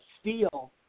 Steel